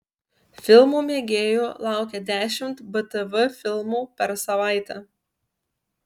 filmų mėgėjų laukia dešimt btv filmų per savaitę